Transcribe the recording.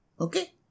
Okay